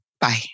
Bye